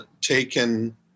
taken